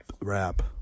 rap